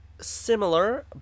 similar